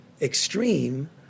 extreme